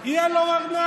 יהיה לו ארנק,